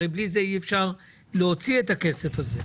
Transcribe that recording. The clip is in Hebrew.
הרי בלי זה אי אפשר להוציא את הכסף הזה.